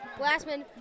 glassman